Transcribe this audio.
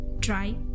try